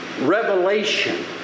revelation